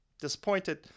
Disappointed